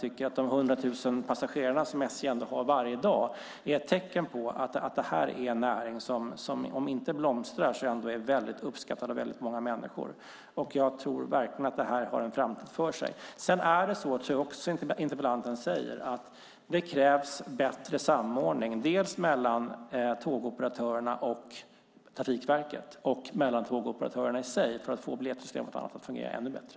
De 100 000 passagerare som SJ har varje dag är ett tecken på att det här är en näring som om inte blomstrar ändå är väldigt uppskattad av många människor. Jag tror verkligen att den har framtiden för sig. Som interpellanten säger krävs det också bättre samordning, dels mellan tågoperatörerna och Trafikverket, dels mellan tågoperatörerna i sig, för att få biljettsystemet och annat att fungera ännu bättre.